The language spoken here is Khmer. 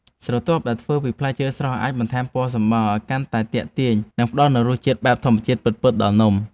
ស្រទាប់ដែលធ្វើពីផ្លែឈើស្រស់អាចបន្ថែមពណ៌សម្បុរឱ្យកាន់តែទាក់ទាញ និង ផ្ដល់នូវរសជាតិបែបធម្មជាតិពិតៗដល់នំ។